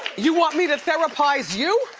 you want me to therapize you?